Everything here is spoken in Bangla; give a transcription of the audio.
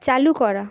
চালু করা